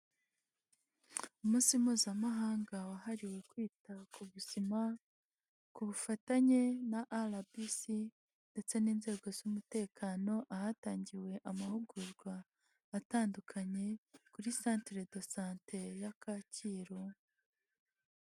Umunsi mpuzamahanga wahariwe kwita ku buzima ku bufatanye na RBC ndetse n'inzego z'umutekano, ahatangiwe amahugurwa atandukanye kuri santere do sante ya Kacyiru.